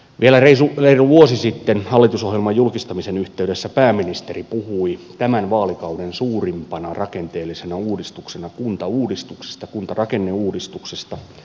vielä reilu vuosi sitten hallitusohjelman julkistamisen yhteydessä pääministeri puhui tämän vaalikauden suurimpana rakenteellisena uudistuksena kuntauudistuksesta kuntarakenneuudistuksesta